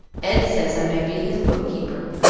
ed says i may be his book-keeper,